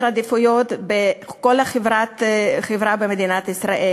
העדיפויות בכל החברה במדינת ישראל.